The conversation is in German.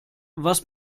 was